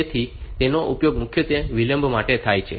તેથી તેનો ઉપયોગ મુખ્યત્વે વિલંબ માટે થાય છે